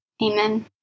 Amen